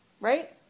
Right